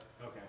Okay